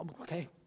Okay